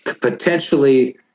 potentially